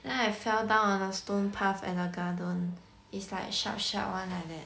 then I fell down on a stone path at the garden is like sharp sharp one like that